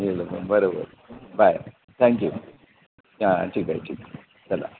बरोबर bye thank you हां ठीक आहे ठीक आहे चला